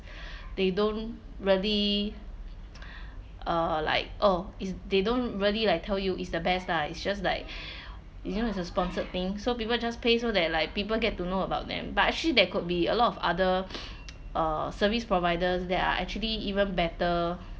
they don't really uh like oh is they don't really like tell you it's the best lah it's just like you know it's a sponsored thing so people just pay so that like people get to know about them but actually there could be a lot of other uh service providers that are actually even better